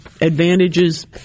advantages